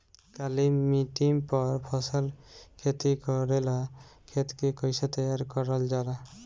काली मिट्टी पर फसल खेती करेला खेत के कइसे तैयार करल जाला?